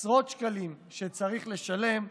עשרות שקלים שצריך לשלם,